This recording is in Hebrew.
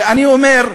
ואני אומר: